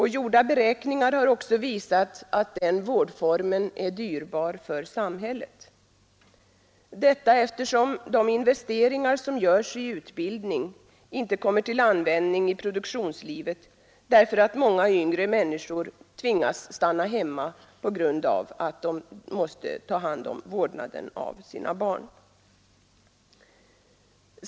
Gjorda beräkningar har också visat att den vårdformen är dyrbar för samhället, detta eftersom de investeringar som görs i utbildning inte kommer till användning i produktionslivet därför att många yngre människor måste stanna hemma för att ta hand om sina barn.